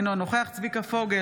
אינו נוכח צביקה פוגל,